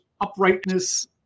uprightness